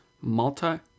Malta